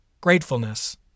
Gratefulness